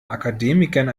akademikern